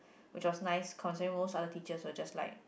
which was nice compare most other teacher will just like